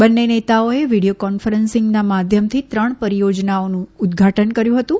બંને નેતાઓએ વિડીયો કોન્ફરન્સીંગના માધ્યમથી ત્રણ પરિયોજનાઓનું ઉદ્દઘાટન કર્યું હતું